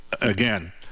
again